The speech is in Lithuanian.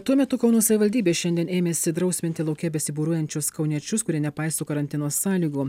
tuo metu kauno savivaldybė šiandien ėmėsi drausminti lauke besibūriuojančius kauniečius kurie nepaiso karantino sąlygų